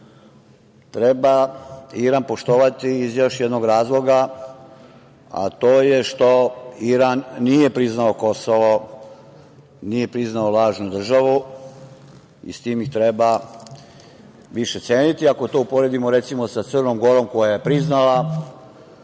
Treba Iran poštovati iz još jednog razloga, a to je što Iran nije priznao Kosovo, nije priznao lažnu državu i s tim ih treba više ceniti. Ako to uporedimo, recimo, sa Crnom Gorom koja je priznala